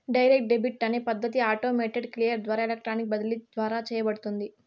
direct debit అనే పద్ధతి automated clear ద్వారా ఎలక్ట్రానిక్ బదిలీ ద్వారా చేయబడుతుంది